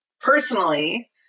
Personally